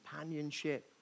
companionship